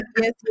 yes